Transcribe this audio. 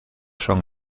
son